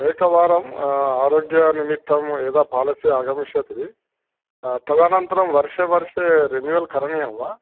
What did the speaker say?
एकवारं आरोग्यनिमित्तं यदा पालसि आगमिष्यति तदनन्तरं वर्षे वर्षे रिनिवल् करणीयं वा